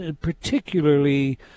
particularly